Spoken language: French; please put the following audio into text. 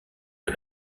que